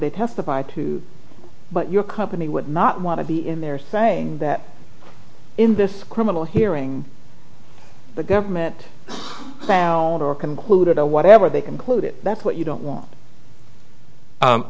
they testified to but your company would not want to be in there saying that in this criminal hearing the government found or concluded whatever they concluded that's what you don't want